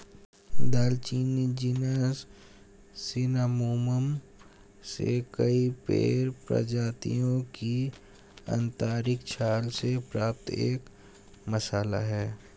दालचीनी जीनस सिनामोमम से कई पेड़ प्रजातियों की आंतरिक छाल से प्राप्त एक मसाला है